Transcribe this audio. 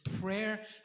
prayer